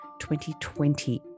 2020